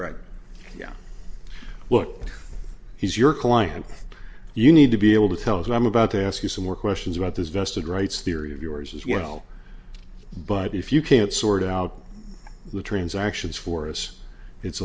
right yeah look he's your client you need to be able to tell us i'm about to ask you some more questions about this vested rights theory of yours as well but if you can't sort out the transactions for us it's